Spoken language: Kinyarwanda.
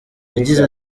yagize